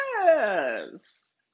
Yes